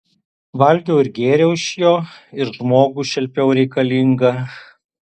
valgiau ir gėriau iš jo ir žmogų šelpiau reikalingą